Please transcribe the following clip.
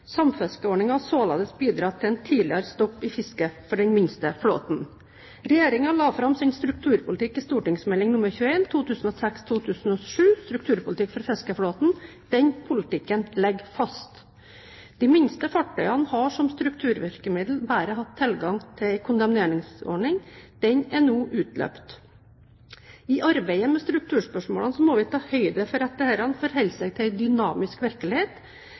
har således bidratt til en tidligere stopp i fisket for den minste flåten. Regjeringen la fram sin strukturpolitikk i St.meld. nr. 21 for 2006–2007, Strukturpolitikk for fiskeflåten. Denne politikken ligger fast. De minste fartøyene har som strukturvirkemiddel bare hatt tilgang til en kondemneringsordning. Denne er nå utløpt. I arbeidet med strukturspørsmålene må vi ta høyde for at disse forholder seg til en dynamisk virkelighet.